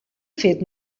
fet